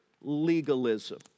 legalism